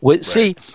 See